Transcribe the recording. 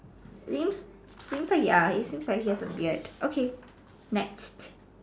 seems seems like ya it seems like he has a beard okay next